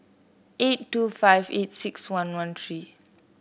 eight two five eight six one one three